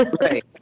right